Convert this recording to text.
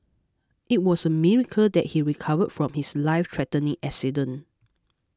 it was a miracle that he recovered from his lifethreatening accident